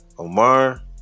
Omar